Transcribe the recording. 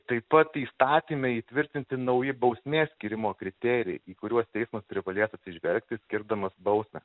taip pat įstatyme įtvirtinti nauji bausmės skyrimo kriterijai į kuriuos teismas privalėtų atsižvelgti skirdamas bausmę